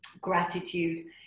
gratitude